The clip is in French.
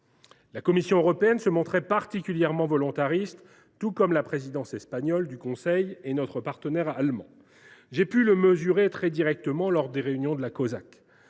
La Commission européenne se montrait particulièrement volontariste, tout comme la présidence espagnole du Conseil de l’Union européenne et notre partenaire allemand. J’ai pu le mesurer très concrètement lors des réunions de la